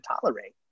tolerate